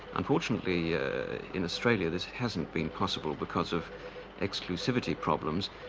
unfortunately in australia this hasn't been possible because of exclusivity problems.